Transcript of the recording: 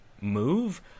move